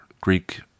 Greek